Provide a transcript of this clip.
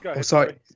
Sorry